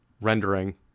rendering